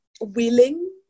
willing